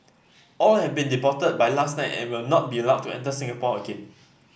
all have been deported by last night and will not be allowed to enter Singapore again